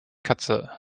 katze